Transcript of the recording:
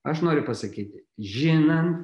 aš noriu pasakyti žinan